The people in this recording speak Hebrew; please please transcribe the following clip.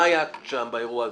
מה היה שם באירוע הזה?